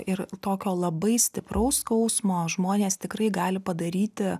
ir tokio labai stipraus skausmo žmonės tikrai gali padaryti